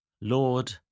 Lord